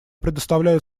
предоставляю